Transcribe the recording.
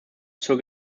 zur